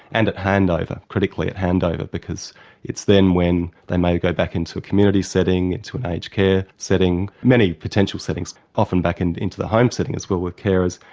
and at handover, critically at handover, because it's then when they may go back into a community setting, into an aged care setting, many potential settings, often back and into the home setting as well with carers,